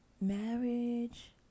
Marriage